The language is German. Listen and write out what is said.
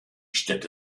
städte